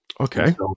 Okay